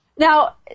Now